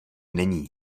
není